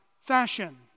fashion